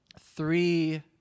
three